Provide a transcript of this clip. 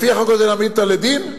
לפי החוק צריך להעמיד אותם לדין?